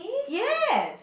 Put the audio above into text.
yes